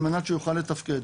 על מנת שיוכל לתפקד.